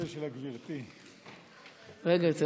גברתי היושבת-ראש,